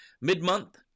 mid-month